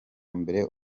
mbere